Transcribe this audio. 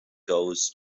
goes